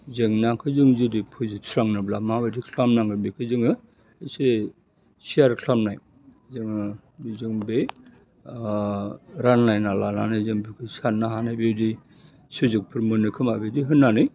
जेंनाखौ जों जुदि फोजोबस्रांनोब्ला माबायदि खालामनांगो बेखौ जोङो एसे सियार खालामनाय जोङो बिजों बे रानलायना लानानै जों बेखौ साननो हानाय बिदि सुजुगफोर मोनोखोमा बिदि होननानै